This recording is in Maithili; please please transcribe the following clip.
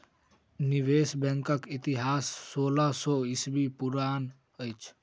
निवेश बैंकक इतिहास सोलह सौ ईस्वी पुरान अछि